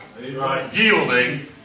Yielding